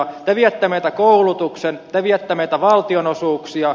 te viette meiltä koulutuksen te viette meiltä valtionosuuksia